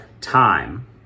time